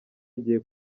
agiye